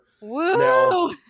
Woo